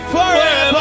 Forever